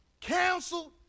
canceled